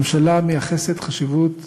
הממשלה מייחסת חשיבות